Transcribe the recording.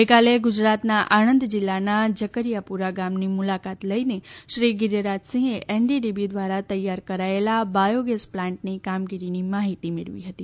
ગઇકાલે ગુજરાતના આણંદ જીલ્લાના ઝકરીયાપુરા ગામની મુલાકાત લઇને શ્રી ગીરીરાજસિંહે એનડીડીબી ધ્વારા તૈયાર કરાયેલ બાયોગેસ પ્લાન્ટની કામગીરીની માહિતી મેળવી હતી